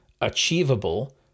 Achievable